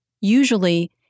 Usually